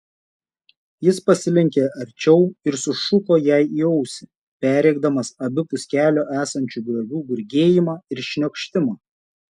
jis pasilenkė arčiau ir sušuko jai į ausį perrėkdamas abipus kelio esančių griovių gurgėjimą ir šniokštimą